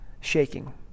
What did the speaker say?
shaking